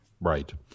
Right